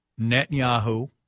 Netanyahu